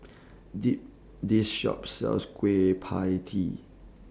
They This Shop sells Kueh PIE Tee